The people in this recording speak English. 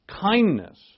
Kindness